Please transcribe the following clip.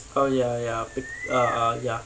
oh ya ya uh ya